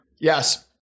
Yes